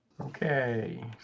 Okay